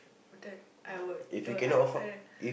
that I would do I I